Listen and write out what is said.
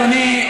אדוני,